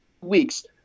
weeks